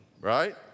right